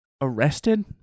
arrested